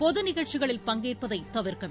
பொது நிகழ்ச்சிகளில் பங்கேற்பதை தவிர்ப்பது